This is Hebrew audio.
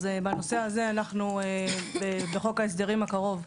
בנושא הזה אנחנו בחוק ההסדרים הקרוב,